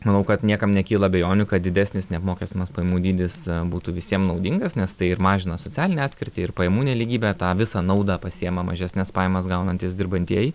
manau kad niekam nekyla abejonių kad didesnis neapmokestinamas pajamų dydis būtų visiem naudingas nes tai ir mažina socialinę atskirtį ir pajamų nelygybę tą visą naudą pasiima mažesnes pajamas gaunantys dirbantieji